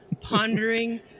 pondering